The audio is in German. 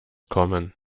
kommen